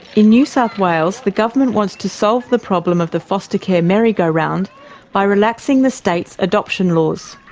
in new south wales, the government wants to solve the problem of the foster care merry-go-round by relaxing the state's adoption laws.